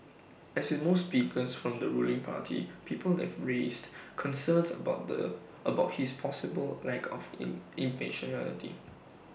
as with most speakers from the ruling party people have raised concerns about the about his possible lack of im impartiality